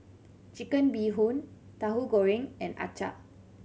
Chicken Bee Hoon Tauhu Goreng and acar